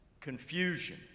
confusion